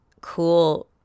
cool